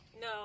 No